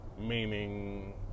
Meaning